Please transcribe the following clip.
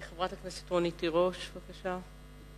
חברת הכנסת רונית תירוש, בבקשה.